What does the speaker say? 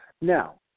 Now